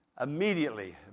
immediately